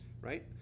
right